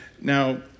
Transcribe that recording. Now